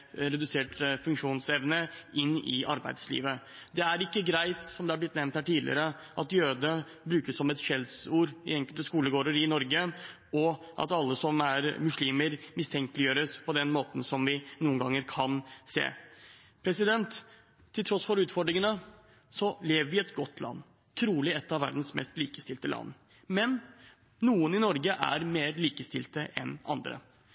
redusert funksjonsevne inn i arbeidslivet. Det er ikke greit, som det har blitt nevnt her tidligere, at «jøde» brukes som et skjellsord i enkelte skolegårder i Norge, og at alle som er muslimer, mistenkeliggjøres på den måten som vi noen ganger kan se. Til tross for utfordringene lever vi i et godt land – trolig et av verdens mest likestilte land. Men noen i Norge er mer likestilt enn andre.